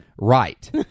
Right